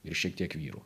ir šiek tiek vyrų